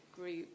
group